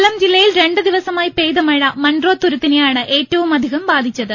കൊല്ലം ജില്ലയിൽ രണ്ട് ദിവസമായി പെയ്ത മഴ മൺട്രോത്തുരുത്തിനെയാണ് ഏറ്റവുമധികം ബാധിച്ചത്